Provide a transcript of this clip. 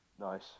Nice